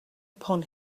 upon